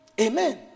amen